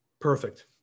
Perfect